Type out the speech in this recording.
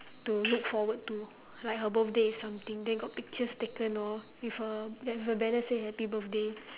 to look forward to like her birthday is something then got pictures taken lor with her then her banner say happy birthday